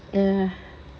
ya